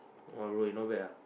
!wah! bro you not bad ah